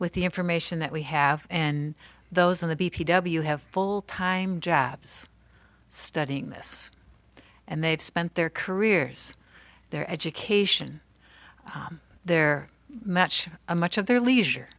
with the information that we have in those in the b p w have full time jobs studying this and they've spent their careers their education their much much of their leisure